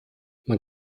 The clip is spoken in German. man